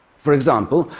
for example,